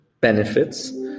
benefits